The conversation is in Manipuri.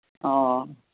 ꯑꯣ